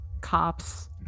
cops